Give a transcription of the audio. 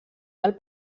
del